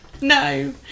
no